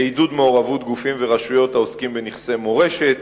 לעידוד מעורבות גופים ורשויות העוסקים בנכסי מורשת,